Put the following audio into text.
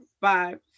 five